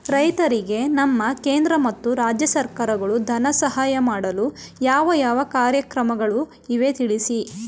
ರೈತರಿಗೆ ನಮ್ಮ ಕೇಂದ್ರ ಮತ್ತು ರಾಜ್ಯ ಸರ್ಕಾರಗಳು ಧನ ಸಹಾಯ ಮಾಡಲು ಯಾವ ಯಾವ ಕಾರ್ಯಕ್ರಮಗಳು ಇವೆ ತಿಳಿಸಿ?